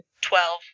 Twelve